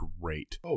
great